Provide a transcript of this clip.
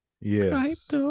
Yes